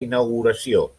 inauguració